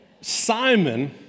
Simon